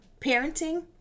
parenting